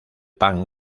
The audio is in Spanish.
pan